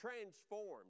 transformed